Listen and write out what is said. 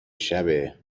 شبه